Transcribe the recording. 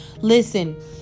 Listen